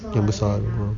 dia besar tu